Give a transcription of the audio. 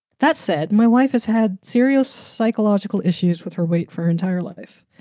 that said, my wife has had serious psychological issues with her weight for her entire life.